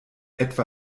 etwa